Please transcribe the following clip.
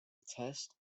test